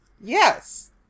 Yes